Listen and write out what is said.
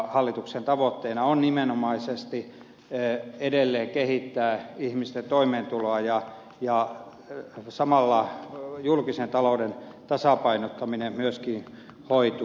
hallituksen tavoitteena on nimenomaisesti edelleen kehittää ihmisten toimeentuloa ja samalla julkisen talouden tasapainottaminen myöskin hoituu